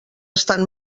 estan